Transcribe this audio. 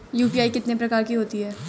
UPI कितने प्रकार की होती हैं?